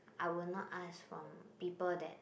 I will not ask from people that